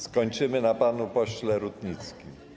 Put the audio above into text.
Skończymy na panu pośle Rutnickim.